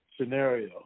scenario